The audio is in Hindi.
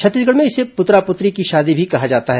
छत्तीसगढ़ में इसे पुतरा पुतरी की शादी भी कहा जाता है